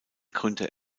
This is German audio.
gründete